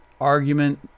argument